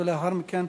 ולאחר מכן,